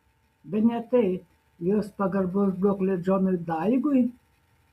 bene tai jos pagarbos duoklė džonui daigui